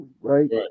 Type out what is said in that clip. right